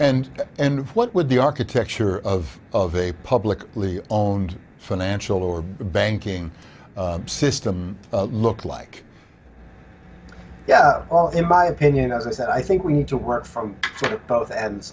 and and what would the architecture of of a publicly owned financial or banking system look like yeah all in my opinion as i said i think we need to work from both ends